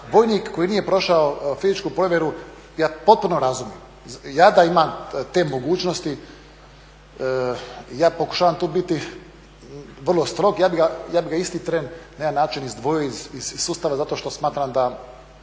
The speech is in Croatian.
vojnik koji nije prošao fizičku provjeru ja potpuno razumijem, ja da imam te mogućnosti ja pokušavam tu biti vrlo strog, ja bih ga isti tren na jedan način izdvojio iz sustava zato što smatram da